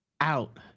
out